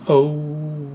oh